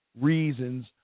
reasons